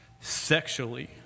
sexually